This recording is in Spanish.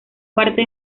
parte